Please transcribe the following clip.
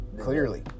clearly